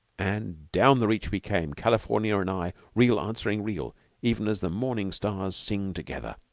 and down the reach we came, california and i, reel answering reel even as the morning stars sing together.